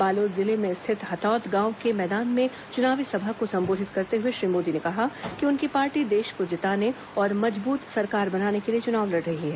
बालोद जिले में स्थित हथौद गांव के मैदान में चुनावी सभा को संबोधित करते हुए श्री मोदी ने कहा कि उनकी पार्टी देश को जिताने और मजबूत सरकार बनाने के लिए चुनाव लड़ रही है